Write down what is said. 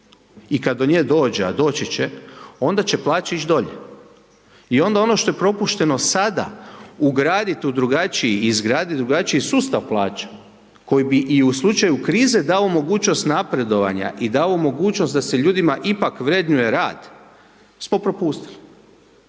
i kad do nje dođe, a doći će, onda će plaće ić dolje i onda ono što je propušteno sada, ugradit u drugačiji, izgradit drugačiji sustav plaća koji bi i u slučaju krize dao mogućnost napredovanja i dao mogućnost da se ljudima ipak vrednuje rad, smo propustili